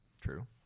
True